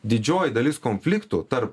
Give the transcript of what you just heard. didžioji dalis konfliktų tarp